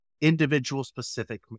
individual-specific